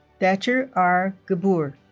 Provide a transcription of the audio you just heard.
thatcher r. gbur